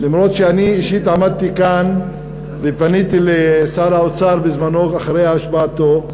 אף-על-פי שאני אישית עמדתי כאן ופניתי לשר האוצר אחרי השבעתו,